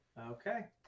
Okay